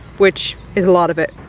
which is a lot of it.